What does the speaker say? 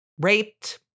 raped